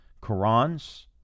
Qurans